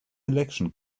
election